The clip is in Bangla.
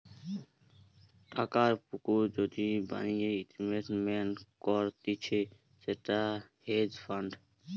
টাকার পুকুর যদি বানিয়ে ইনভেস্টমেন্ট করতিছে সেটা হেজ ফান্ড